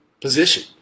position